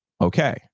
okay